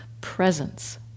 presence